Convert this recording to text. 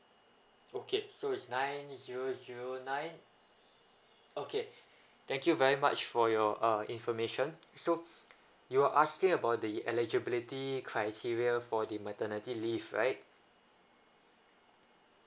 okay so is nine zero zero nine okay thank you very much for your uh information so you are asking about the eligibility criteria for the maternity leave right